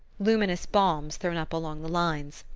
luminous bombs thrown up along the lines,